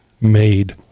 made